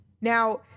now